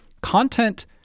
Content